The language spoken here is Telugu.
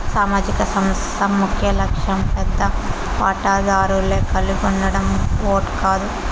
సామాజిక సంస్థ ముఖ్యలక్ష్యం పెద్ద వాటాదారులే కలిగుండడం ఓట్ కాదు